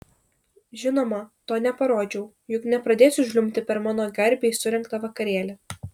žinoma to neparodžiau juk nepradėsiu žliumbti per mano garbei surengtą vakarėlį